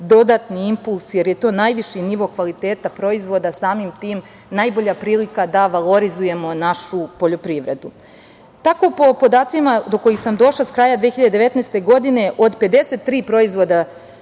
dodatni impuls, jer je to najviši nivo kvaliteta proizvoda samim tim najbolja prilika da valorizujemo našu poljoprivredu. Tako po podacima do kojih sam došla s kraja 2019. godine od 53 proizvoda